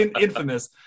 infamous